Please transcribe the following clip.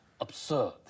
Absurd